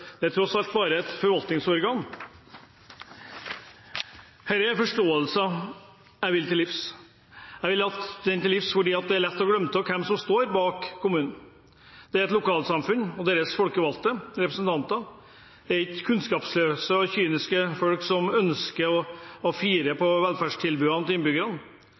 er tross alt bare et forvaltningsorgan? Dette er en forståelse jeg vil til livs. Jeg vil den til livs fordi det er lett å glemme hvem som står bak kommunen. Det er et lokalsamfunn og deres folkevalgte representanter. Det er ikke kunnskapsløse og kyniske folk som ønsker å fire på velferdstilbudet til innbyggerne.